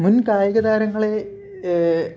മുൻ കായികതാരങ്ങളെ